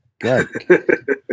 Good